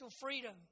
freedom